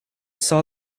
saw